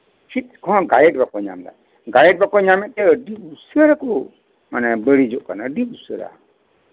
ᱪᱮᱛ ᱛᱮᱦᱚᱸ ᱜᱟᱭᱤᱰ ᱵᱟᱠᱚ ᱧᱟᱢ ᱮᱫᱟ ᱜᱟᱭᱤᱰ ᱵᱟᱠᱚ ᱧᱟᱢᱮᱫ ᱛᱮ ᱟᱹᱰᱤ ᱩᱥᱟᱹᱨᱟ ᱠᱚ ᱢᱟᱱᱮ ᱵᱟᱹᱲᱤᱡᱚᱜ ᱠᱟᱱᱟ ᱟᱹᱰᱤ ᱩᱥᱟᱹᱨᱟ